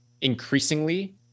increasingly